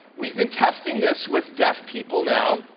we've been testing this with deaf people now,